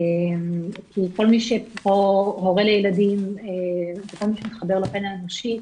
כל מי שהוא הורה לילדים וכל מי שמתחבר לפן האנושי,